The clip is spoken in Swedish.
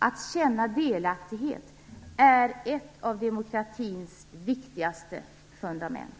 Att känna delaktighet är ett av demokratins viktigaste fundament.